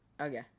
Okay